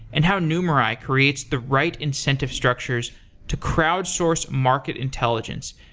and how numerai creates the right incentive structures to crowd-source market intelligence.